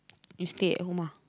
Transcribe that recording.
you stay at home ah